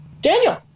Daniel